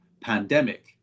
pandemic